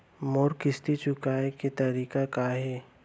मोर किस्ती चुकोय के तारीक का हे?